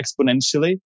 exponentially